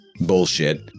bullshit